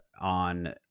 on